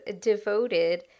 Devoted